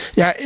ja